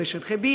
או בשטחיB ,